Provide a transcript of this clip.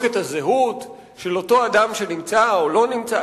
את הזהות של אותו אדם שנמצא או לא נמצא,